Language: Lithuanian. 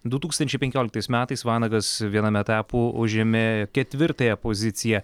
du tūkstančiai penkioliktais metais vanagas viename etapų užėmė ketvirtąją poziciją